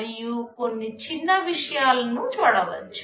మనము కొన్ని చిన్న విషయాలను చూడవచ్చు